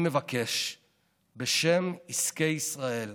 אני מבקש בשם עסקי ישראל,